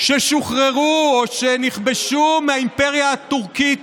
ששוחררו או שנכבשו מהאימפריה הטורקית,